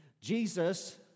Jesus